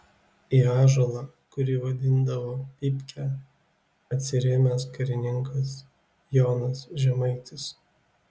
į ąžuolą kurį vadindavo pypke atsirėmęs karininkas jonas žemaitis